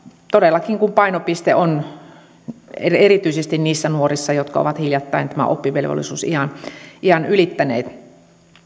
todellakin kun painopiste on erityisesti niissä nuorissa jotka ovat hiljattain tämän oppivelvollisuusiän ylittäneet